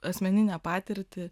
asmeninę patirtį